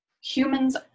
Humans